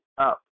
up